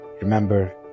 remember